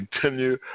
continue